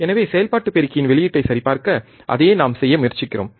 எனவே செயல்பாட்டு பெருக்கியின் வெளியீட்டை சரிபார்க்க அதையே நாம் செய்ய முயற்சிக்கிறோம்